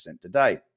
today